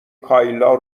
کایلا